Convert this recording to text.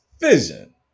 vision